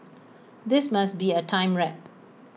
this must be A time warp